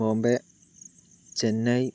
Bombay Chennai